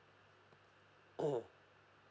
oh